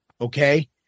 okay